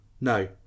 No